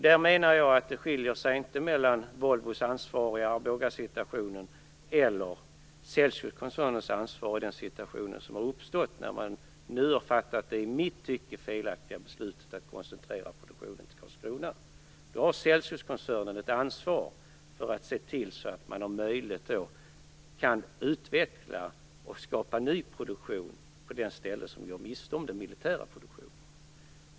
Jag menar att det i det sammanhanget inte finns någon skillnad mellan ansvaret för Volvo i Arboga och ansvaret för Celsiuskoncernen i den situation som nu har uppstått när man har fattat, det i mitt tycke felaktiga, beslutet att koncentrera produktionen till Karlskrona. Celsiuskoncernen har då ett ansvar för att se till att, om möjligt, utveckla och skapa ny produktion på den ort som går miste om den militära produktionen.